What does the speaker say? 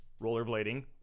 rollerblading